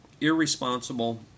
irresponsible